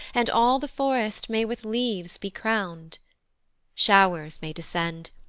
and all the forest may with leaves be crown'd show'rs may descend,